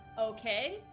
Okay